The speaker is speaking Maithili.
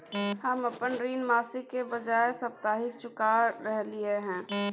हम अपन ऋण मासिक के बजाय साप्ताहिक चुका रहलियै हन